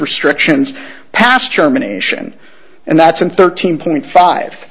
restrictions passed germination and that's in thirteen point five